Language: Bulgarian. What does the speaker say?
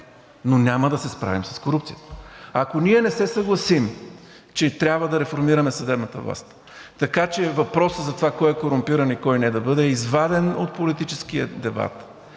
но няма да се справим с корупцията. Ако ние не се съгласим, че трябва да реформираме съдебната власт, така че въпросът за това кой е корумпиран и кой не да бъде изваден от политическия дебат